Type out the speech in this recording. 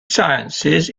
sciences